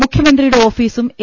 മുഖ്യമന്ത്രിയുടെ ഓഫീസും എ